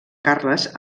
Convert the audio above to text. carles